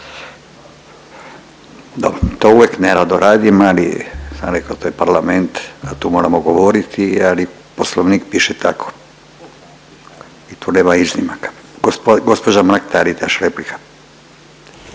to uvijek nerado radim, ali sam reko to je parlament da tu moramo govoriti jer i Poslovnik piše tako i tu nema iznimaka. Gđa. Mrak-Taritaš replika.